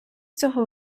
цього